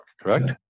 correct